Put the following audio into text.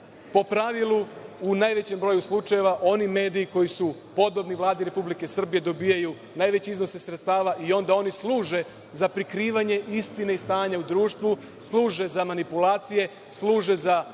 pravilu u najvećem broju slučajeva oni mediji koji su podobni Vladi Republike Srbije dobijaju najveće iznose sredstava i onda oni služe za prikrivanje istine i stanja u društvu, služe za manipulaciju, služe za